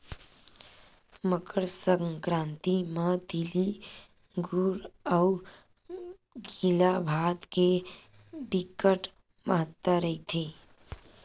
मकर संकरांति म तिली गुर अउ गिला भात के बिकट महत्ता रहिथे